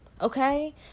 okay